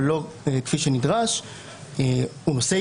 אבל לא כפי שנדרש --- הציטוט הוא "יש